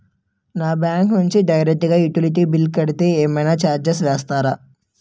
నా బ్యాంక్ నుంచి డైరెక్ట్ గా యుటిలిటీ బిల్ కడితే ఏమైనా చార్జెస్ వేస్తారా?